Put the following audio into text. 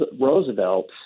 Roosevelt